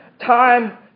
time